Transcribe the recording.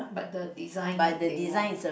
but the design they want